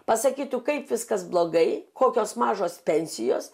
pasakytų kaip viskas blogai kokios mažos pensijos